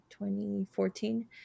2014